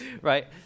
Right